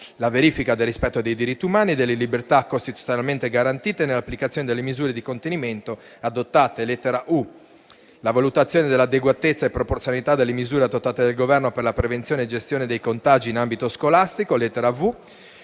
la verifica del rispetto dei diritti umani e delle libertà costituzionalmente garantite nell'applicazione delle misure di contenimento adottate (lettera *u*); la valutazione dell'adeguatezza e proporzionalità delle misure adottate dal Governo per la prevenzione e gestione dei contagi in ambito scolastico (lettera